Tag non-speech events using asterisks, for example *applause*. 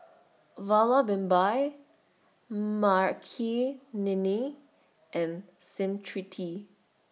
*noise* Vallabhbhai Makineni and Smriti